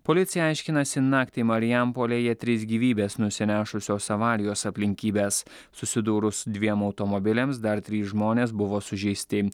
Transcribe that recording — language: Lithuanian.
policija aiškinasi naktį marijampolėje tris gyvybes nusinešusios avarijos aplinkybes susidūrus dviem automobiliams dar trys žmonės buvo sužeisti